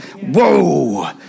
Whoa